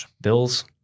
Bills